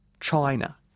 China